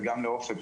וגם לאופק,